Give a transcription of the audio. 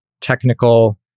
technical